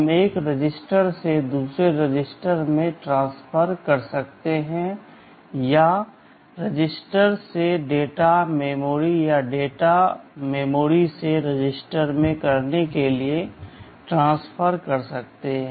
हम एक रजिस्टर से दूसरे रजिस्टर में ट्रांसफर कर सकते हैं या रजिस्टर से डेटा मेमोरी या डेटा मेमोरी से रजिस्टर में करने के लिए ट्रांसफर कर सकते हैं